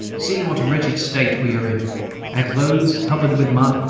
see what a wretched state we are in our clothes covered with mud,